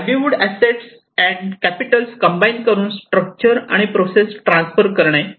livelihood assets and capital combine करून structure and process transfer करणे